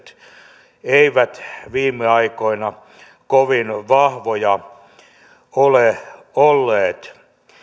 elämän edellytykset eivät viime aikoina kovin vahvoja ole olleet